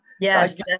Yes